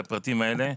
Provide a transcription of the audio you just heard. לפרטים האלה,